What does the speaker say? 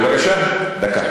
בבקשה, דקה.